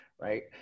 Right